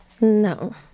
No